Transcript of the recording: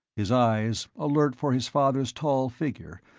his eyes, alert for his father's tall figure,